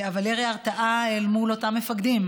אבל ירי הרתעה אל מול אותם מפקדים,